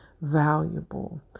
valuable